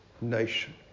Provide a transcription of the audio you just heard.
nation